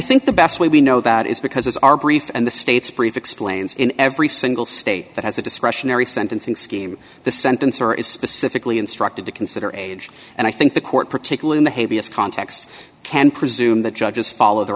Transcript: think the best way we know that is because our brief and the state's brief explains in every single state that has a discretionary sentencing scheme the sentence or is specifically instructed to consider age and i think the court particularly in the heaviest context can presume that judges follow their